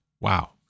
Wow